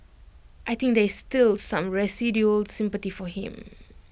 I think there is still some residual sympathy for him